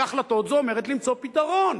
והחלטות, זאת אומרת למצוא פתרון.